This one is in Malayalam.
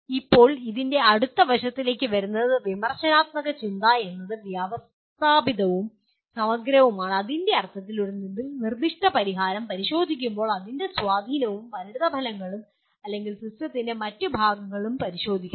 ഇപ്പോൾ ഇതിന്റെ അടുത്ത വശത്തേക്ക് വരുന്നത് വിമർശനാത്മക ചിന്ത എന്നത് വ്യവസ്ഥാപിതവും സമഗ്രവുമാണ് ഈ അർത്ഥത്തിൽ ഒരു നിർദ്ദിഷ്ട പരിഹാരം പരിശോധിക്കുമ്പോൾ അതിന്റെ സ്വാധീനവും പരിണതഫലങ്ങളും അല്ലെങ്കിൽ സിസ്റ്റത്തിന്റെ മറ്റ് ഭാഗങ്ങളും പരിശോധിക്കുന്നു